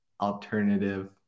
alternative